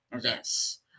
Yes